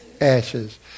ashes